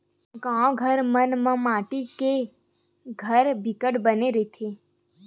गाँव घर मन म माटी के घर बिकट के बने रहिथे